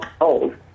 old